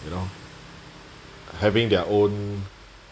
you know having their own